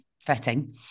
fitting